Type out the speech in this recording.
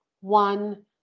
one